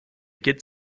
get